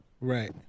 Right